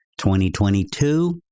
2022